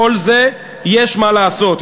בכל זה יש מה לעשות.